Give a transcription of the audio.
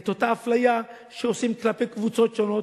את אותה אפליה שעושים כלפי קבוצות שונות.